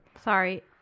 Sorry